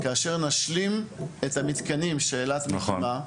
כאשר נשלים את המתקנים שאילת מקימה,